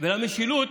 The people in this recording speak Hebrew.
למשילות